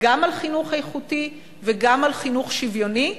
גם על חינוך איכותי וגם על חינוך שוויוני,